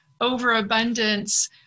overabundance